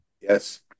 Yes